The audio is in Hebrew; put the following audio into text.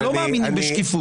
הם לא מאמינים בשקיפות.